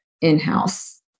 in-house